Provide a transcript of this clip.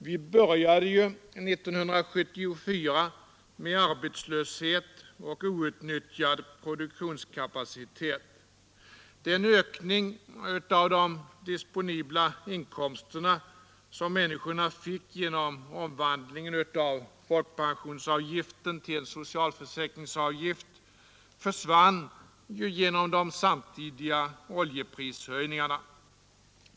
Vi började 1974 med arbetslöshet och outnyttjad produktionskapacitet. Den ökning av de disponibla inkomsterna som medborgarna fick genom omvandlingen av folkpensionsavgiften till socialförsäkringsavgift försvann genom de samtidiga oljeprishöjningarna.